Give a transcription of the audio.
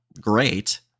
great